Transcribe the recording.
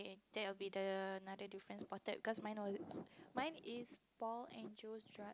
that will be the another difference spotted because mine was mine is Paul and Joe's